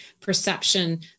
perception